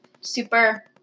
super